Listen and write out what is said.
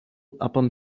upon